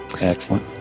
Excellent